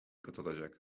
katılacak